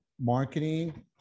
marketing